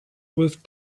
with